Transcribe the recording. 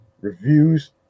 reviews